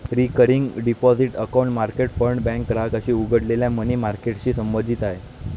recurring deposit account market fund bank ग्राहकांनी उघडलेल्या money मार्केटशी संबंधित आहे